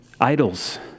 Idols